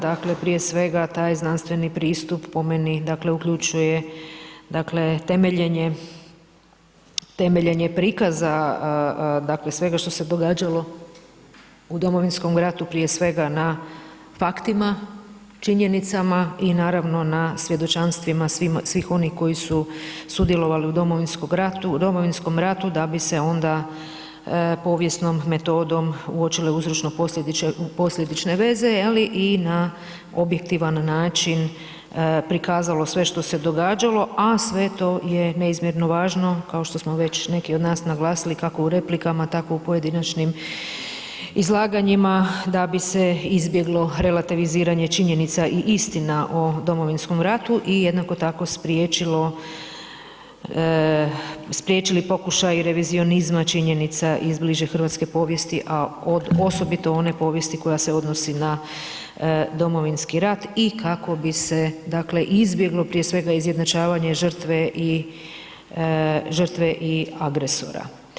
Dakle prije svega taj znanstveni pristup po meni dakle uključuje dakle temeljenje prikaza dakle svega što se događalo u Domovinskom ratu prije svega na faktima činjenicama i naravno na svjedočanstvima svih onih koji su sudjelovali u Domovinskom ratu da bi se onda povijesnom metodom uočile uzročno posljedične veze i na objektivan način prikazalo sve što se događalo a sve to je neizmjerno važno, kao što smo već neki od nas naglasili kako u replikama tako u pojedinačnim izlaganjima da bi se izbjeglo relativiziranje činjenica i istina o Domovinskom ratu i jednako tako spriječili pokušali revizionizma činjenica iz bliže hrvatske povijesti a od osobito one povijesti koja se odnosi na Domovinski rat i kako bi se dakle izbjeglo prije svega izjednačavanje žrtve i agresora.